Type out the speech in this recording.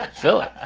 filipp,